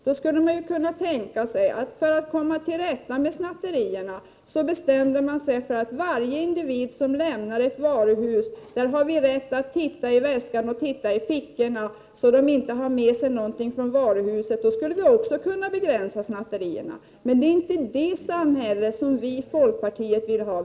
Då skulle man ju kunna tänka sig att man för att komma till rätta med snatterierna bestämde man sig för att kontrollera varje individ som lämnade ett varuhus, där har vi rätt att titta i väskan och titta i fickorna, så att de inte har med sig någonting från varuhuset. Då skulle vi också kunna begränsa snatterierna. Men det är inte det samhälle som vi i folkpartiet vill ha.